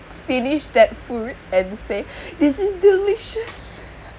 finish that food and say this is delicious